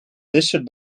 listed